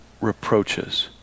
reproaches